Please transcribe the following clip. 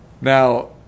Now